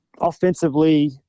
Offensively